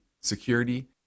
security